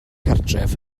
cartref